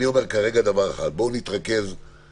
כרגע אני אומר דבר אחד בואו נתרכז בתיקונים